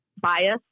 bias